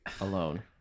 alone